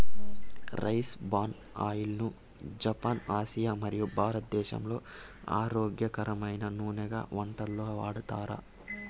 rice bran oil ను Japan, Asia మరియు భారతదేశంలో ఆరోగ్యకరమైన నూనెగా వంటలలో వాడతారు